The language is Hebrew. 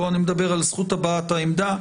פה אני מדבר על זכות הבעת העמדה.